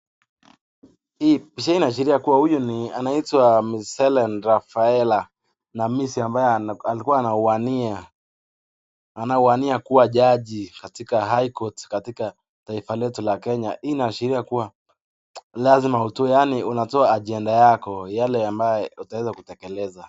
Hii picha hii inaashiria kuwa huyu ni anaitwa Miss Helene Rafaela Namisi ambaye alikuwa anawania, anawania kuwa jaji katika high court katika taifa letu la Kenya. Hii inaashiria kuwa lazima utoe, yaani unatoa ajenda yako, yale ambayo utaweza kutekeleza.